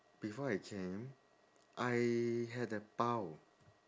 before I came I had a bao